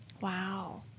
Wow